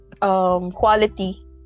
quality